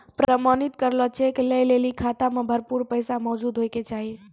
प्रमाणित करलो चेक लै लेली खाता मे भरपूर पैसा मौजूद होय के चाहि